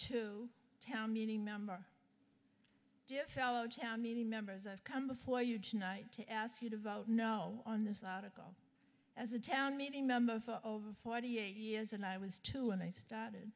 to town meeting member to fellow town members i've come before you tonight to ask you to vote no on this article as a town meeting member for over forty eight years and i was two and i started